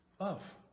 Love